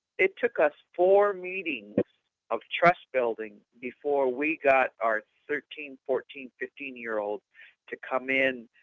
it took us four meetings of trust-building before we got our thirteen, fourteen, fifteen year olds to come in.